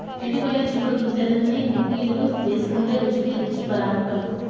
ఎండిపోయిన చిక్కుడు గింజల్ని గుగ్గిళ్లు వేసుకుంటే రుచికి రుచి బలానికి బలం